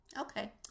Okay